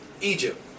Egypt